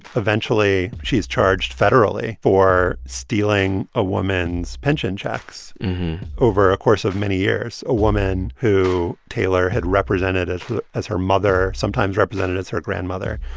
eventually, she's charged federally for stealing a woman's pension checks over a course of many years, a woman who taylor had represented as as her mother, sometimes represented as her grandmother,